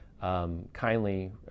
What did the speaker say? Kindly